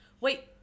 Wait